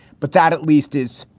but that at least is,